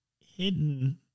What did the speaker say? hidden